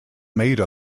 made